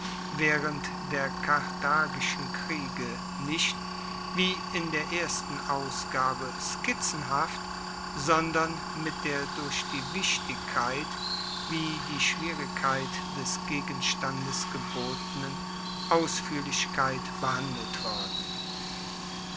waehrend der karthagischen kriege nicht wie in der ersten ausgabe skizzenhaft sondern mit der durch die wichtigkeit wie die schwierigkeit des gegenstandes gebotenen ausfuehrlichkeit behandelt worden